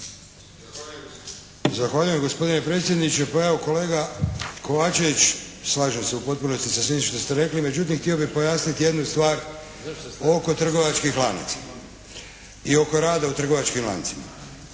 Zahvaljujem gospodine predsjedniče. Pa evo kolega Kovačević slažem se u potpunosti sa svim što ste rekli, međutim htio bih pojasnit jednu stvar oko trgovačkih lanaca i oko rada u trgovačkim lancima.